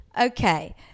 Okay